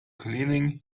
cleaning